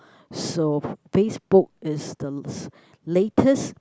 so Facebook is the s~ latest